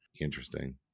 interesting